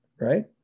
right